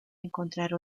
encontrar